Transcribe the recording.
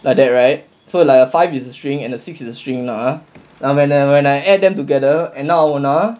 like that right so like uh five is a string and a six string lah ah now when I when I add them together என்ன ஆகும்னா:enna aagumnaa